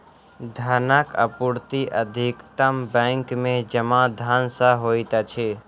धनक आपूर्ति अधिकतम बैंक में जमा धन सॅ होइत अछि